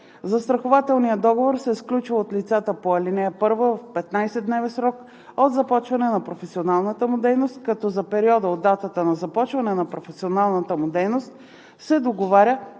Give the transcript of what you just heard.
Застрахователният договор се сключва от лицата по ал. 1 в 15-дневен срок от започване на професионалната му дейност, като за периода от датата на започване на професионалната му дейност се договаря